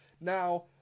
Now